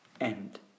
end